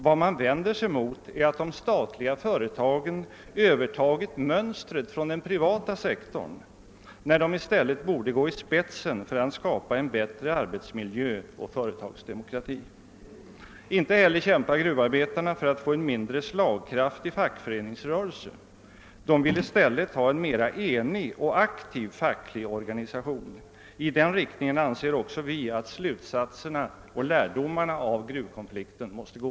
Vad man vänder sig mot är, att de statliga företagen övertagit mönstret från den privata sektorn, när de i stället borde gå i spetsen för att skapa en bättre arbetsmiljö och företagsdemokrati. Inte heller kämpar gruvarbetarna för att få en mindre slagkraftig fackföreningsrörelse. De vill i stället ha en mera enig och aktiv facklig organisation. I den riktningen anser också vi, att slutsatserna och lärdomarna av gruvkonflikten måste gå.